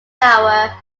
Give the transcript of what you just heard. tower